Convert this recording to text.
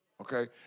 okay